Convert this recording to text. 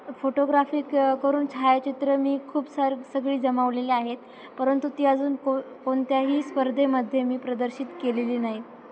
photography क करून छायाचित्र मी खूप सार सगळी जमवलेली आहेत परंतु ती अजून को कोणत्याही स्पर्धेमध्ये मी प्रदर्शित केलेली नाही